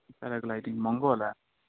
paragliding महँगो होला